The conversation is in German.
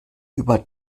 über